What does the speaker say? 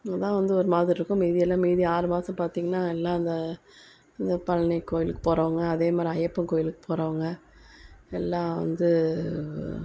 இங்கே தான் வந்து ஒரு மாதிரிருக்கும் மீதி எல்லா மீதி ஆறு மாசம் பார்த்தீங்கனா எல்லா இந்த இந்த பழனி கோயிலுக்கு போகிறவுங்க அதேமாரி ஐயப்பன் கோயிலுக்கு போகிறவுங்க எல்லாம் வந்து